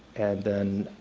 and then,